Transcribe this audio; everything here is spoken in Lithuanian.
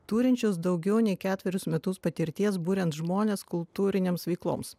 turinčios daugiau nei ketverius metus patirties buriant žmones kultūrinėms veikloms